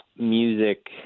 music